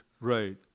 Right